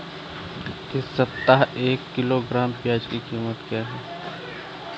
इस सप्ताह एक किलोग्राम प्याज की कीमत क्या है?